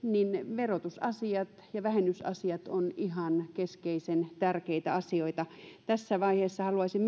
verotusasiat ja vähennysasiat ovat ihan keskeisen tärkeitä asioita tässä vaiheessa haluaisin